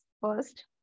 First